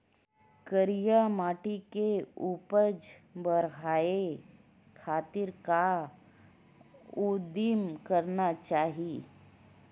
करिया माटी के उपज बढ़ाये खातिर का उदिम करना चाही?